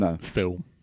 film